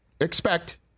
expect